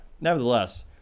Nevertheless